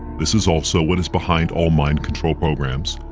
this is also what is behind all mind control programs,